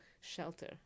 shelter